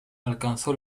alcanzó